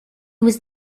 was